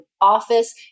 office